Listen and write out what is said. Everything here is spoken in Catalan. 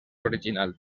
original